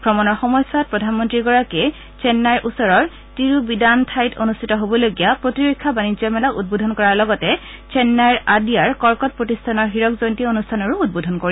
ভ্ৰমণ সময়সূচীত প্ৰধানমন্তী গৰাকীয়ে চেন্নাইৰ ওচৰৰ তিৰুবিদানথাইত অনুষ্ঠিত হবলগীয়া প্ৰতিৰক্ষা বাণিজ্য মেলা উদ্বোধন কৰাৰ লগতে চেন্নাইৰ আদিয়াৰ কৰ্কট প্ৰতিষ্ঠানৰ হীৰক জয়ন্তী অনুষ্ঠানৰো উদ্বোধন কৰিব